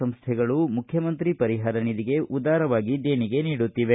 ಸಂಸ್ಟೆಗಳು ಮುಖ್ಯಮಂತ್ರಿ ಪರಿಹಾರ ನಿಧಿಗೆ ಉದಾರವಾಗಿ ದೇಣೆಗೆ ನೀಡುತ್ತಿವೆ